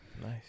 nice